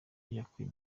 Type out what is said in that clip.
yakuye